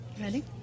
Ready